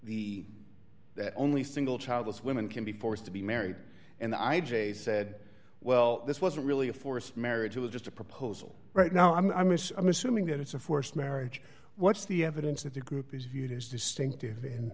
the that only single childless women can be forced to be married and i j said well this wasn't really a forced marriage it was just a proposal right now and i miss i'm assuming that it's a forced marriage what's the evidence that the group is viewed as distinctive in